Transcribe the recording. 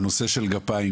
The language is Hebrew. הנושא של גפיים,